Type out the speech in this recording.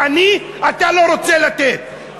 אתה לא רוצה לתת לעני,